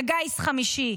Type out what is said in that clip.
אתה גיס חמישי,